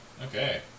Okay